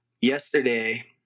yesterday